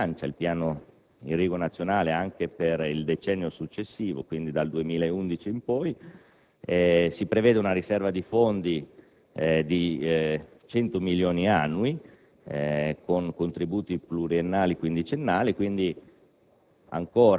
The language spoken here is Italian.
rilancia il piano irriguo nazionale anche per il decennio successivo, quindi dal 2011 in poi. Si prevede una riserva di fondi di 100 milioni annui, con contributi pluriennali quindicennali. La